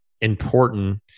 important